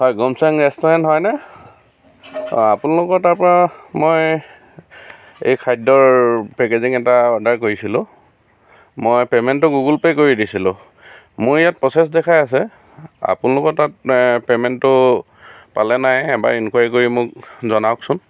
হয় গোমচাং ৰেষ্টোৰেণ্ট হয়নে অ আপোনালোকৰ তাৰপৰা মই এই খাদ্যৰ পেকেজিং এটা অৰ্ডাৰ কৰিছিলোঁ মই পেমেণ্টটো গুগল পে' কৰি দিছিলোঁ মোৰ ইয়াত প্ৰচেছ দেখাই আছে আপোনালোকৰ তাত পেমেণ্টটো পালেনে নাই এবাৰ এনকোৱাৰি কৰি মোক জনাওকচোন